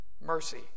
mercy